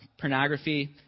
pornography